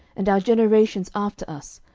and our generations after us,